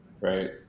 right